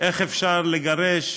איך אפשר לגרש